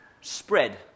spread